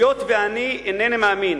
היות שאני אינני מאמין